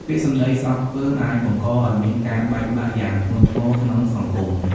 ពាក្យសម្ដីស្អប់ខ្ពើម អាចបង្កឲ្យមានការបែកបាក់យ៉ាងធ្ងន់ធ្ងរក្នុងសង្គម។